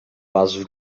was